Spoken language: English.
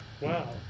wow